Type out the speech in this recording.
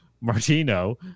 martino